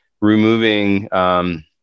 removing